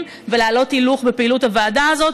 ולהעלות הילוך בפעילות הוועדה הזאת,